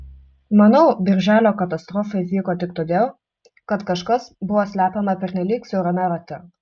manau birželio katastrofa įvyko tik todėl kad kažkas buvo slepiama pernelyg siaurame rate